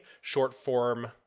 short-form